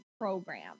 program